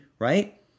right